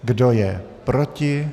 Kdo je proti?